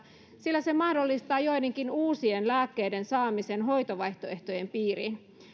sillä se mahdollistaa joidenkin uusien lääkkeiden saamisen hoitovaihtoehtojen piiriin